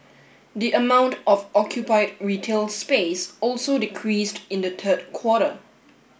the amount of occupied retail space also decreased in the third quarter